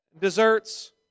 desserts